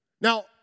Now